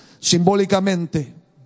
simbólicamente